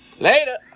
Later